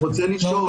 אני רוצה לשאול.